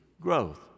growth